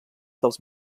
dels